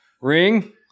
ring